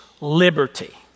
liberty